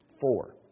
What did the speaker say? Four